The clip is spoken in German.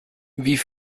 wie